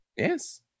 Yes